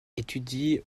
étudie